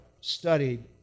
studied